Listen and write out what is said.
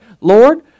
Lord